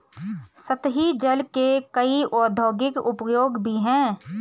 सतही जल के कई औद्योगिक उपयोग भी हैं